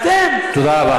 תודה רבה.